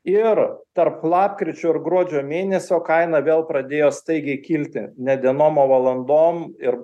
ir tarp lapkričio ir gruodžio mėnesio kaina vėl pradėjo staigiai kilti ne dienom o valandom ir